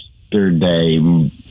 yesterday